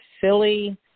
silly